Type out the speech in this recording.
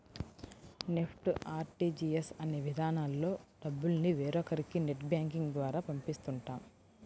NEFT, RTGS అనే విధానాల్లో డబ్బుల్ని వేరొకరికి నెట్ బ్యాంకింగ్ ద్వారా పంపిస్తుంటాం